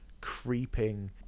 creeping